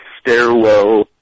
stairwell